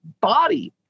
body